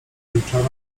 wieczora